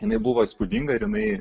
jinai buvo įspūdinga ir jinai